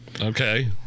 Okay